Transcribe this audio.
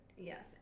Yes